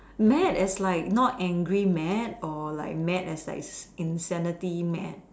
mad as like not angry mad or like mad as in like insanity mad